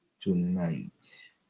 tonight